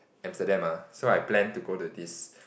Amsterdam ah so I plan to go to this